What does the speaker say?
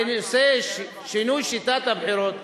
בנושא שינוי שיטת הבחירות,